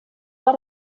war